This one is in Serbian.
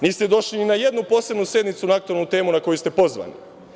Niste došli ni na jednu posebnu sednicu na aktuelnu temu na koju ste pozvani.